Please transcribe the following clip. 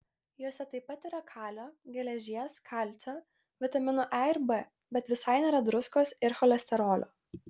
jose taip pat yra kalio geležies kalcio vitaminų e ir b bet visai nėra druskos ir cholesterolio